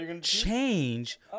change